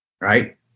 Right